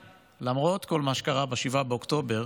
ולמרות כל מה שקרה ב-7 באוקטובר,